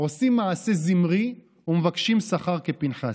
עושים מעשה זמרי ומבקשים שכר כפינחס.